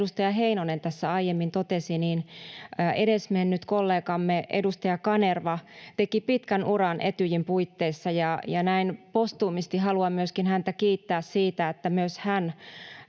edustaja Heinonen tässä aiemmin totesi, edesmennyt kollegamme, edustaja Kanerva, teki pitkän uran Etyjin puitteissa, ja näin postuumisti haluan myöskin häntä kiittää siitä, että hän